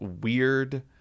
weird